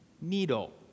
needle